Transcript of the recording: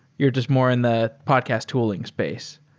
you're just more in the podcast tooling space.